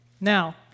Now